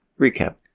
recap